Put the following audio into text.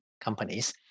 companies